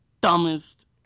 dumbest